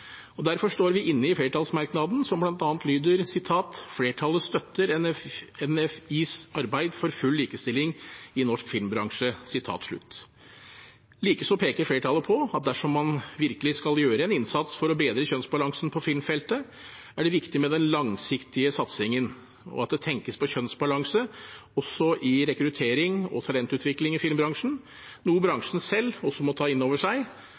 tellemani. Derfor står vi inne i flertallsmerknaden, som bl.a. lyder: «Flertallet støtter NFIs arbeid for full likestilling i norsk filmbransje.» Likeså peker flertallet på at dersom man virkelig skal gjøre en innsats for å bedre kjønnsbalansen på filmfeltet, er det viktig med den langsiktige satsingen, og at det tenkes på kjønnsbalanse også i rekruttering og talentutvikling i filmbransjen, noe bransjen selv må ta inn over seg